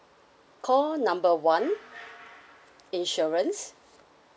call number one insurance